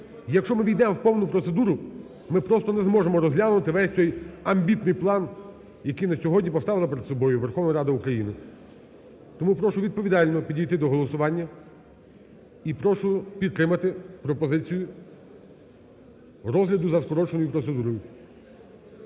Якщо ми увійдемо в повну процедуру, ми просто не зможемо розглянути весь цей амбітний план, який на сьогодні поставила перед собою Верховна Рада України. Тому прошу відповідально підійти до голосування і прошу підтримати пропозицію розгляду за скороченою процедурою.